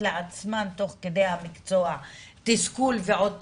לעצמן תוך כדי המקצוע תסכול ועוד תסכול,